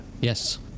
yes